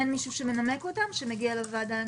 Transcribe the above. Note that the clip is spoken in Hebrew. אנחנו חייבים להצביע עליהן אם אין מישהו שמגיע לוועדה לנמק?